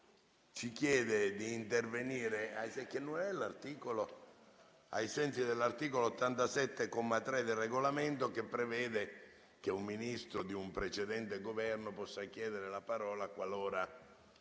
chiede di intervenire ai sensi dell'articolo 87, comma 3 del Regolamento, che prevede che un Ministro di un precedente Governo possa chiedere la parola qualora